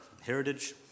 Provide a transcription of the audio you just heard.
heritage